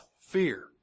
fear